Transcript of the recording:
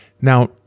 Now